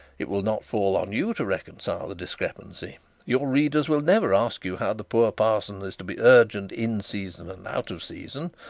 it will not fall on you to reconcile the discrepancy your readers will never ask you how the poor parson is to be urgent in season and out of season,